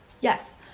Yes